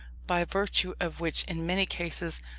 by virtue of which, in many cases,